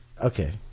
Okay